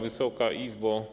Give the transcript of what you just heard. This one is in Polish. Wysoka Izbo!